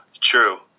True